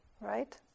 right